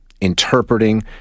interpreting